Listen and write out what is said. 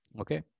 Okay